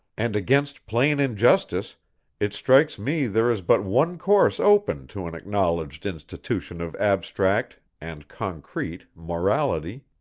and against plain injustice it strikes me there is but one course open to an acknowledged institution of abstract and concrete morality.